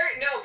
No